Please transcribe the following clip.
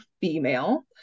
female